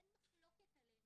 אין מחלוקת עליהם,